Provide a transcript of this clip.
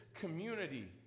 community